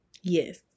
Yes